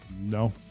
No